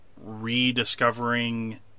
rediscovering